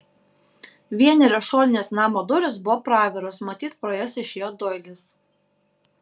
vienerios šoninės namo durys buvo praviros matyt pro jas išėjo doilis